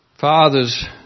Fathers